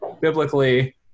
biblically